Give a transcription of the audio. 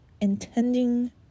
intending